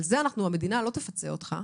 על זה אנחנו, המדינה תפצה אותך,